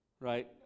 right